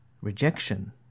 rejection